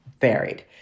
varied